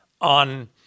on